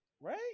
Right